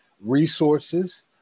resources